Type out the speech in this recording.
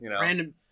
random